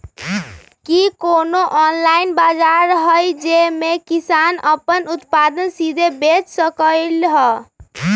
कि कोनो ऑनलाइन बाजार हइ जे में किसान अपन उत्पादन सीधे बेच सकलई ह?